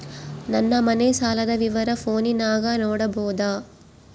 ನನ್ನ ಮನೆ ಸಾಲದ ವಿವರ ಫೋನಿನಾಗ ನೋಡಬೊದ?